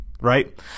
right